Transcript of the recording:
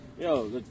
Yo